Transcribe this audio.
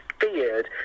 feared